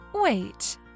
Wait